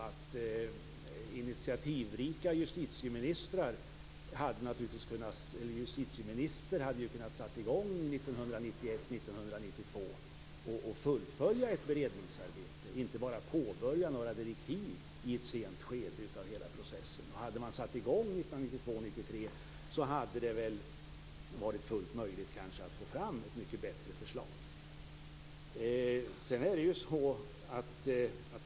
En initiativrik justitieminister hade ju naturligtvis kunnat sätta i gång 1991-1992 och fullfölja ett beredningsarbete och inte bara påbörja att skriva direktiv i ett sent skede av processen. Hade man satt i gång 1992-1993 hade det kanske varit fullt möjligt att få fram ett mycket bättre förslag.